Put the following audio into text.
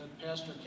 Pastor